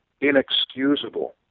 inexcusable